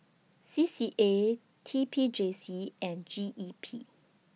C C A T P J C and G E P